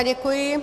Děkuji.